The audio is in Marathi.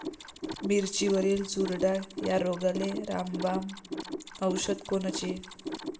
मिरचीवरील चुरडा या रोगाले रामबाण औषध कोनचे?